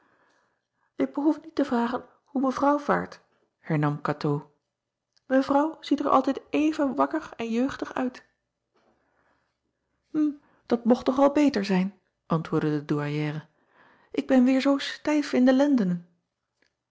k behoef niet te vragen hoe evrouw vaart hernam atoo evrouw ziet er altijd even wakker en jeugdig uit m dat mocht toch wel beter zijn antwoordde de ouairière ik ben weêr zoo stijf in de lendenen